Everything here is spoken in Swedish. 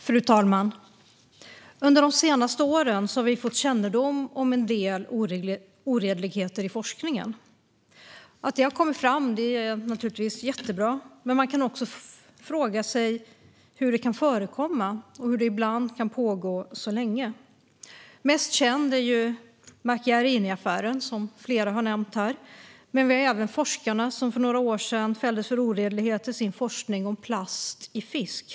Fru talman! Under de senaste åren har vi fått kännedom om en del oredligheter i forskningen. Att det har kommit fram är naturligtvis jättebra, men man kan också fråga sig hur det kan förekomma och ibland kan pågå så länge. Mest känd är ju Macchiariniaffären, som flera har nämnt här. Men där finns även forskarna som för några år sedan fälldes för oredlighet i sin forskning om plast i fisk.